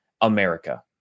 America